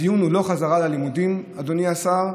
הדיון הוא לא על חזרה ללימודים, אדוני השר,